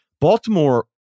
Baltimore